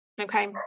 Okay